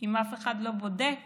אם אף אחד לא בודק